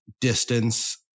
distance